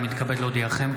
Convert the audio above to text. הינני מתכבד להודיעכם,